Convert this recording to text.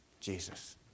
Jesus